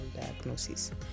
diagnosis